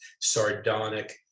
sardonic